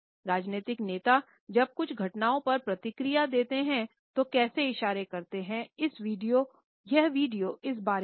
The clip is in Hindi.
राजनीतिक नेता जब कुछ घटनाओं पर प्रतिक्रिया देते हैं तो कैसे इशारे करते हैं यह वीडियो इस बारे में हैं